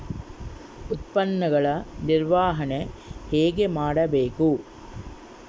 ಉತ್ಪನ್ನಗಳ ನಿರ್ವಹಣೆ ಹೇಗೆ ಮಾಡಬೇಕು?